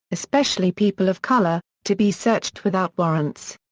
especially people of color, to be searched without warrants.